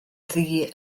ddu